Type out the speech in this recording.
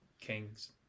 kings